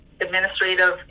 administrative